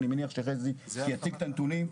אני מניח שחזי שוורצמן יציג את הנתונים.